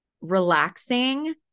relaxing